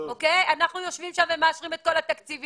אנחנו צריכים תקציב